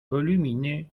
volumineux